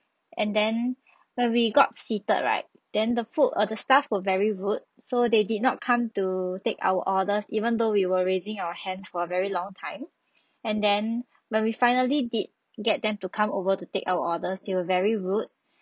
and then when we got seated right then the food err the staff were very rude so they did not come to take our orders even though we were raising our hands for a very long time and then when we finally did get them to come over to take our orders they were very rude